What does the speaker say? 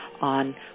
on